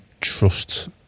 trust